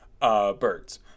Birds